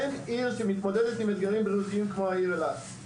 אין עיר שמתמודדת עם אתגרים בריאותיים כמו העיר אילת.